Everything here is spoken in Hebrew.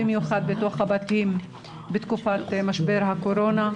במיוחד בתוך הבתים בתקופת משבר הקורונה.